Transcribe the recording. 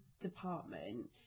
department